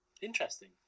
interesting